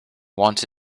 want